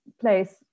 place